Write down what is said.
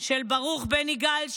של ברוך בן יגאל,